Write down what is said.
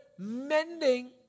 mending